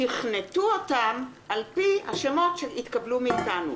תכנתו אותם על-פי השמות שהתקבלו מאתנו.